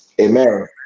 Amen